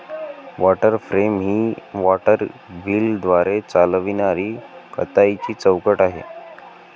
water frame ही water व्हीलद्वारे चालविणारी कताईची चौकट आहे